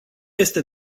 este